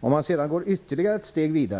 Om man går ytterligare ett steg